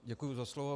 Děkuji za slovo.